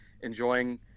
enjoying